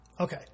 Okay